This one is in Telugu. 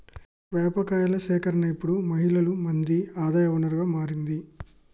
వేప కాయల సేకరణ ఇప్పుడు మహిళలు మంది ఆదాయ వనరుగా మారింది